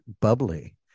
bubbly